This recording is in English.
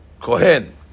kohen